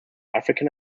african